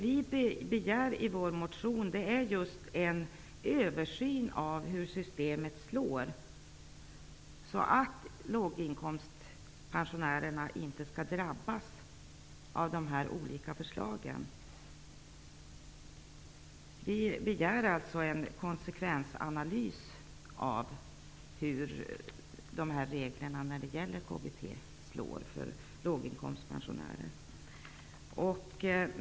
Vi begär i vår motion just en översyn av hur systemet slår, så att låginkomstpensionärerna inte skall drabbas av de olika förslagen. Vi begär alltså en konsekvensanalys av hur de föreslagna KBT-reglerna slår för låginkomstpensionärer.